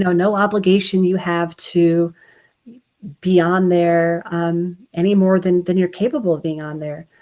no no obligation you have to be on there any more than than you're capable of being on there.